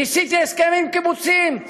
ניסיתי הסכמים קיבוציים,